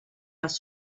els